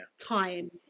time